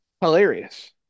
hilarious